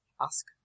Ask